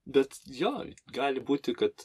bet jo gali būti kad